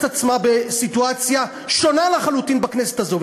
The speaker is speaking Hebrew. את עצמה בסיטואציה שונה לחלוטין בכנסת הזאת.